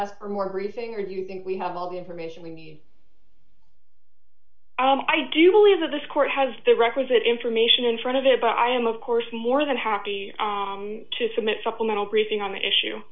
are more bruising or you think we have all the information we need i do believe that this court has the requisite information in front of it but i am of course more than happy to submit supplemental briefing on the issue